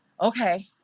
okay